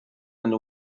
and